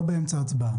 לא באמצע ההצבעה.